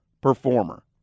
performer